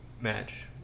match